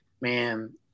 Man